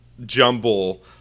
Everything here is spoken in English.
jumble